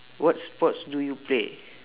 what sports do you play